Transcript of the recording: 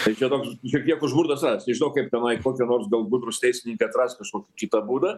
tai čia toks šiek tiek užburtas ratas nežinau kiek tenai kokie nors gal gudrūs tesininkai atras kažkokį kitą būdą